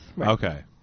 Okay